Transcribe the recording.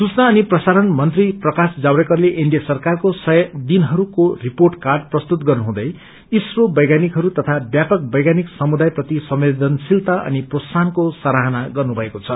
सूचना अनि प्रसारण मंत्री प्रकाश जावड़ेकरले एनडिए सरकारको सय दिनहरूको रिपोट कार्ड प्रस्तुत गर्नुहुँदै इसरो वैज्ञानिकहरू तथा व्यापक वैज्ञानिक समुदाय प्रति संवेदलशीलता अनि सराहना गर्नुभएको छ